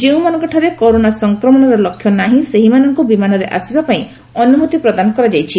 ଯେଉଁମାନଙ୍କଠାରେ corona ସଂକ୍ରମଣର ଲକ୍ଷଣ ନାହି ସେମାନଙ୍କୁ ବିମାନରେ ଆସିବାପାଇଁ ଅନୁମତି ପ୍ରଦାନ କରାଯାଇଛି